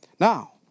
Now